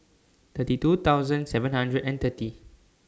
thirty two thousand seven hundred and thirty